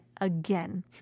again